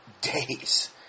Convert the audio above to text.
days